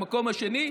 במקום השני,